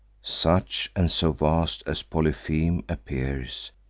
such, and so vast as polypheme appears,